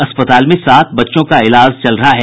अस्पताल में सात बच्चों का इलाज चल रहा है